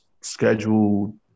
Scheduled